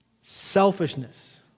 Selfishness